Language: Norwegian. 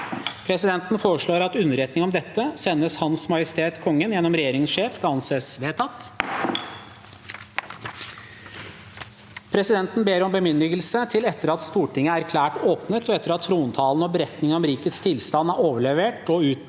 Presidenten foreslår at underretning om dette sendes Hans Majestet Kongen gjennom regjeringens sjef. – Det anses vedtatt. Presidenten ber om bemyndigelse til, etter at Stortinget er erklært åpnet, og etter at trontalen og beretningen om rikets tilstand er overlevert, å